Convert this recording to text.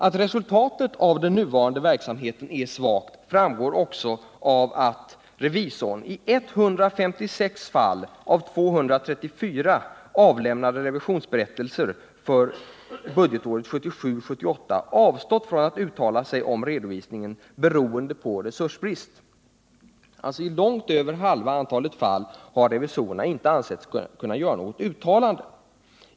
Att resultatet av den nuvarande verksamheten är svagt framgår också av att revisorn på grund av resursbrist i 156 av 234 avlämnade revisionsberättelser för budgetåret 1977/78 avstått från att uttala sig om redovisningen. I långt över halva antalet fall har alltså revisorerna inte ansett sig kunna göra något uttalande.